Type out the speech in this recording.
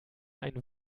ein